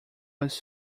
was